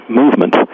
movement